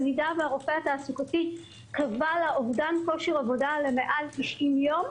במידה והרופא התעסוקתי קבע לה אובדן כושר עבודה מעל 90 יום,